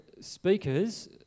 speakers